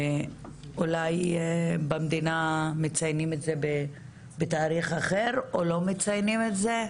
אולי במדינה מציינים את זה בתאריך אחר או שלא מציינים את זה,